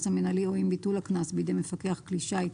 המינהלי או עם ביטול הקנס בידי מפקח כלי שיט,